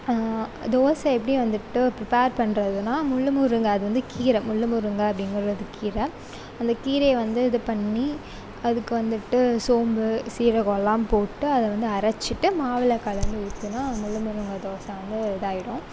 தோசை எப்படி வந்துட்டு பிரிப்பேர் பண்ணுறதுன்னா முள் முருங்கை அது வந்து கீரை முள் முருங்கை அப்படிங்கறது கீரை அந்த கீரையை வந்து இது பண்ணி அதுக்கு வந்துட்டு சோம்பு சீரகமெலாம் போட்டு அதை வந்து அரைச்சிட்டு மாவில் கலந்து ஊற்றினா முள் முருங்கை தோசை வந்து இதாகிடும்